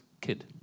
kid